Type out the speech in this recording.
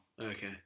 Okay